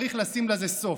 צריך לשים לזה סוף.